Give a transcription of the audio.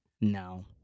No